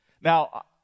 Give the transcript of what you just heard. Now